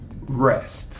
rest